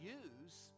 use